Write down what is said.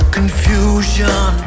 Confusion